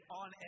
on